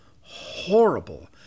horrible